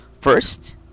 First